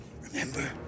remember